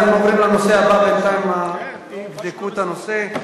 בינתיים יבדקו את הנושא.